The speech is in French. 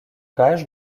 page